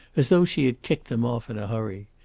as though she had kicked them off in a hurry.